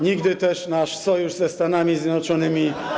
Nigdy też nasz sojusz ze Stanami Zjednoczonymi.